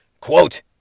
Quote